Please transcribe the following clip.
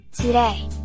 Today